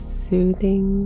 soothing